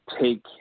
take